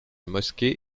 mosquée